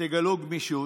תגלו גמישות.